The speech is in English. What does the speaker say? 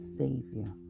savior